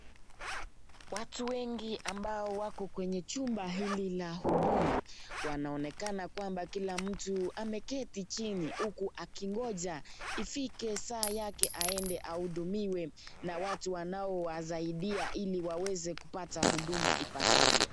Watu wengi ambao wako kwenye chumba hili la huduma wanaonekana kwamba kila mtu ameketi chini huku akingoja ifike saa yake aende ahudumiwe na watu wanaowasaidia ili waweze kupata huduma ipasavyo.